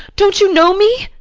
don't you know me?